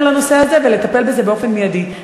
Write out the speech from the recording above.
על הנושא הזה ולטפל בזה באופן מיידי.